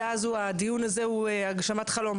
הדיון הזה הוא הגשמת חלום.